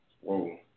Whoa